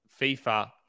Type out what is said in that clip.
fifa